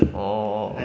orh orh orh